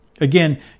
Again